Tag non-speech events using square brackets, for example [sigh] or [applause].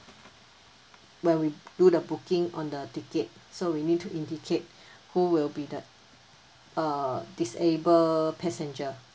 when we do the booking on the ticket so we need to indicate [breath] who will be the uh disabled passenger